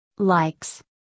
Likes